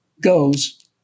goes